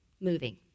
moving